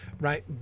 right